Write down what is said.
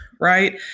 right